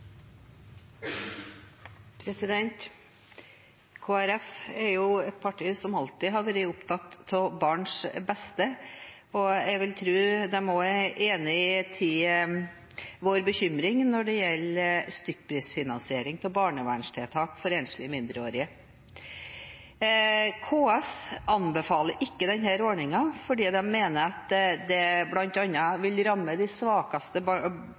jo et parti som alltid har vært opptatt av barns beste, og jeg vil tro de også er enig i vår bekymring når det gjelder stykkprisfinansiering av barnevernstiltak for enslige mindreårige. KS anbefaler ikke denne ordningen, fordi de mener at det bl.a. vil ramme de svakeste